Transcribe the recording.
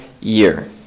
year